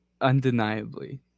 undeniably